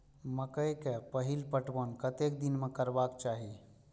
मकेय के पहिल पटवन कतेक दिन में करबाक चाही?